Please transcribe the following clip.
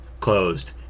closed